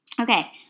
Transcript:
Okay